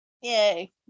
Yay